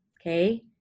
Okay